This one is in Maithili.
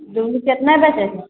दूध केतना बेचै छहो